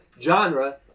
genre